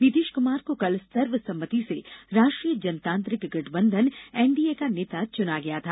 नीतीश कुमार को कल सर्वसम्मति से राष्ट्रीय जनतांत्रिक गठबंधन एनडीए का नेता चुना गया था